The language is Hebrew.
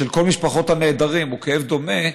משפחות הנעדרים הוא כאב דומה,